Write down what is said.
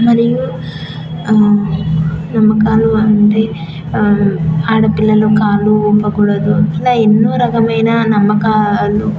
మరియు నమ్మకాలు అంటే ఆడపిల్లలు కాళ్ళు ఊపకూడదు ఇలా ఎన్నో రకమైన నమ్మకాలు